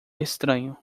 estranho